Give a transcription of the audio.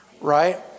Right